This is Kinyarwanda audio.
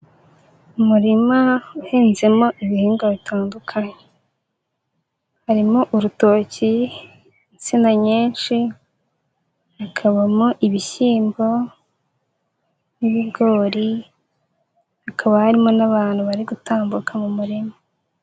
Umurima uhinzemo ibihingwa bitandukanye: harimo urutoki, insina nyinshi, hakabamo ibishyimbo, n'ibigori, hakaba harimo n'abantu bari gutambuka mu murima.